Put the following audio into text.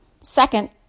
Second